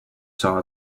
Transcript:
saw